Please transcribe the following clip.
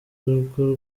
arirwo